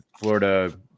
Florida